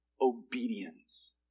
obedience